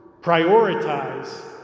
prioritize